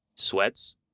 sweats